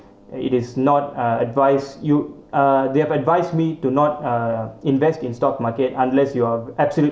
and it is not uh advice you uh they have advised me to not uh invest in stock market unless you are absolute